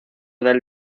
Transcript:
del